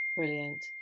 brilliant